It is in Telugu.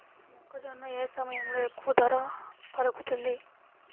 మొక్కజొన్న ఏ సమయంలో ఎక్కువ ధర పలుకుతుంది?